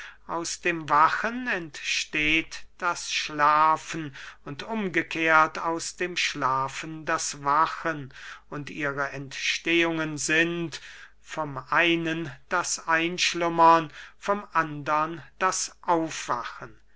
aus dem wachen entsteht das schlafen und umgekehrt aus dem schlafen das wachen und ihre entstehungen sind vom einen das einschlummern vom andern das aufwachen